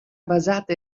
basata